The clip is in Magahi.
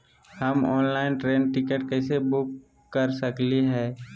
हम ऑनलाइन ट्रेन टिकट कैसे बुक कर सकली हई?